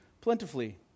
plentifully